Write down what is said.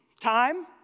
time